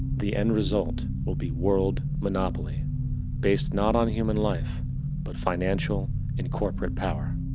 the end result will be world monopoly based not on human life but financial and corporate power.